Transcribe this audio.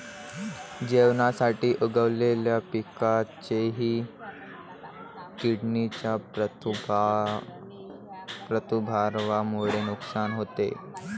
जेवणासाठी उगवलेल्या पिकांचेही किडींच्या प्रादुर्भावामुळे नुकसान होते